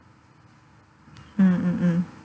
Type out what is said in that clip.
mm mm mm